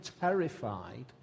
terrified